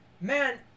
man